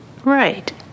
Right